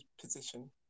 position